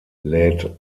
lädt